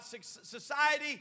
society